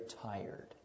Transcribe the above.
tired